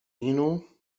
inu